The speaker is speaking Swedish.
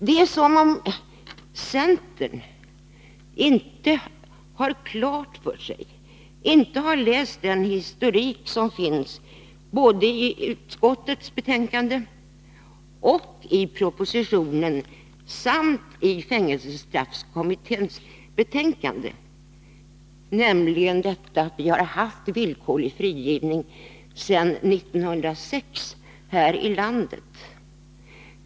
Det är som om centern inte har klart för sig, inte har läst den historik som finns både i utskottets betänkande och i propositionen samt i fängelsestraffkommitténs betänkande, att vi har haft villkorlig frigivning sedan 1906 här i landet.